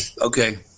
Okay